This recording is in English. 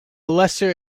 lesser